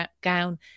gown